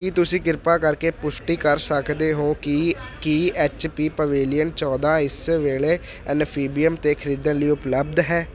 ਕੀ ਤੁਸੀਂ ਕਿਰਪਾ ਕਰਕੇ ਪੁਸ਼ਟੀ ਕਰ ਸਕਦੇ ਹੋ ਕਿ ਕੀ ਐਚ ਪੀ ਪਵੇਲੀਅਨ ਚੌਦ੍ਹਾਂ ਇਸ ਵੇਲੇ ਐਨਫੀਬੀਅਮ 'ਤੇ ਖਰੀਦਣ ਲਈ ਉਪਲੱਬਧ ਹੈ